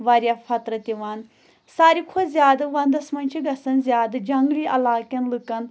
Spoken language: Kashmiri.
واریاہ فطرَت دِوان ساروی کھۄتہٕ زیادٕ وَنٛدَس منٛز چھِ گَژھان زیادٕ جنٛگلی علاقکٮ۪ن لٕکَن